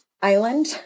Island